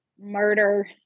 murder